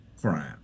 crime